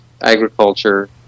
agriculture